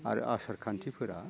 आरो आसार खान्थिफोरा